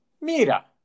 Mira